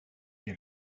les